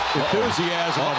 enthusiasm